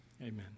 Amen